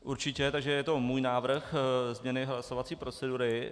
Určitě, takže je to můj návrh změny hlasovací procedury.